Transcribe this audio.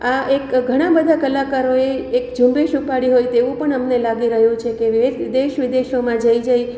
આ એક ઘણા બધા કલાકારોએ એક ઝુંબેશ ઉપાડી હોય તેવું પણ અમને લાગી રહ્યું છે કે દેશ વિદેશોમાં જઈ જઈ